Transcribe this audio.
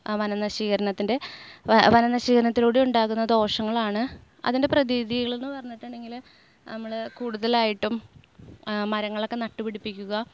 വനനശീകരണത്തിൻ്റെ വന വനനശീകരണത്തിലൂടെ ഉണ്ടാകുന്ന ദോഷങ്ങളാണ് അതിൻ്റെ പ്രതിവിധികളെന്ന് പറഞ്ഞിട്ടുണ്ടെങ്കിൽ നമ്മൾ കൂടുതലായിട്ടും മരങ്ങളൊക്കെ നട്ടുപിടിപ്പിക്കുക